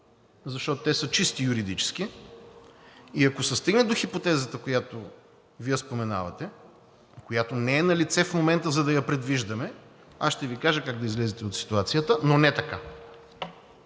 защото те са чисто юридически и ако се стигне до хипотезата, която Вие споменавате, която не е налице в момента, за да я предвиждаме, аз ще Ви кажа как да излезете от ситуацията, но не така.